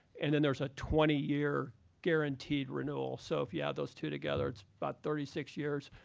and then there's a twenty year guaranteed renewal. so if you add those two together, it's about thirty six years.